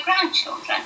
grandchildren